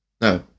No